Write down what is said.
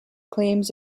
claims